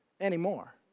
anymore